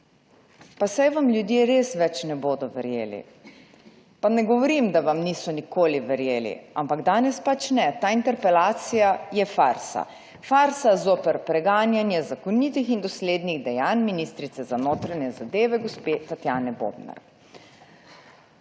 pa saj vam ljudje res več ne bodo verjeli, pa ne govorim, da vam niso nikoli verjeli, ampak danes pač ne. Ta interpelacija je farsa, farsa zoper preganjanje zakonitih in doslednih dejanj ministrice za notranje zadeve gospe Tatjane Bobnar.